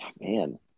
man